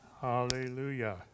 Hallelujah